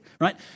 right